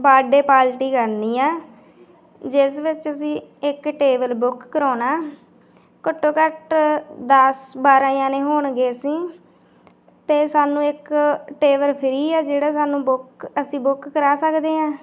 ਬਡੇ party ਕਰਨੀ ਆ ਜਿਸ ਵਿੱਚ ਅਸੀਂ ਇੱਕ ਟੇਬਲ ਬੁੱਕ ਕਰਾਉਣਾ ਘੱਟੋ ਘੱਟ ਦੱਸ ਬਾਰ੍ਹਾਂ ਜਣੇ ਹੋਣਗੇ ਅਸੀਂ ਅਤੇ ਸਾਨੂੰ ਇੱਕ ਟੇਬਲ ਫਰੀ ਆ ਜਿਹੜਾ ਸਾਨੂੰ ਬੁੱਕ ਅਸੀਂ ਬੁੱਕ ਕਰਾ ਸਕਦੇ ਹਾਂ